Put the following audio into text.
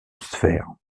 sphère